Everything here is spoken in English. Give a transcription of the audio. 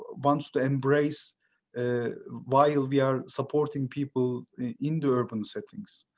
wants to embrace while we are supporting people in the urban settings.